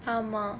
oh